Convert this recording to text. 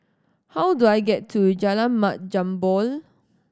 how do I get to Jalan Mat Jambol